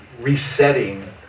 resetting